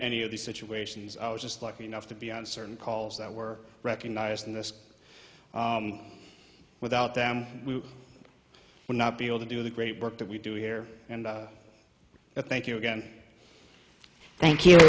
any of these situations i was just lucky enough to be on certain calls that were recognized in this without them we would not be able to do the great work that we do here and i thank you again thank you